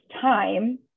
time